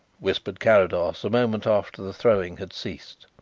whispered carrados, a moment after the throwing had ceased.